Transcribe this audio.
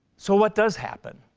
so what does happen?